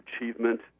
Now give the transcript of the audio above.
achievement